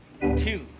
two